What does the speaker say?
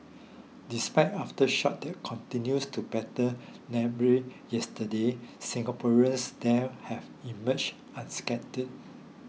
despite aftershocks that continued to batter Nepal yesterday Singaporeans there have emerged unscathed